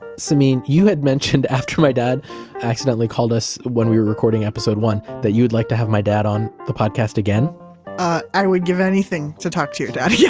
samin, you had mentioned, after my dad accidentally called us when we were recording episode one, that you'd like to have my dad on the podcast again i would give anything to talk to your dad yeah